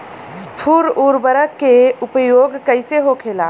स्फुर उर्वरक के उपयोग कईसे होखेला?